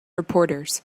reporters